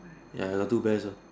ya I got two bears ah